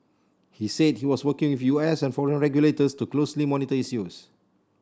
he said he was working with U S and foreign regulators to closely monitor its use